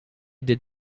did